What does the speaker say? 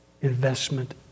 investment